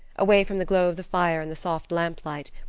away from the glow of the fire and the soft lamplight,